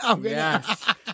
Yes